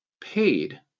paid